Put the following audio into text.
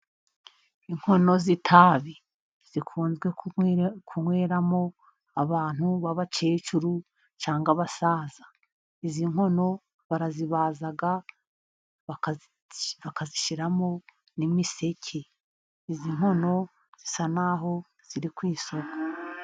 Inkono z'itabi zikunze kunyweramo n'abantu b'abakecuru cyangwa abasaza. Izi nkono barazibaza, bakazishyiramo n'imiseke. Izi nkono zisa naho ziri ku isoko.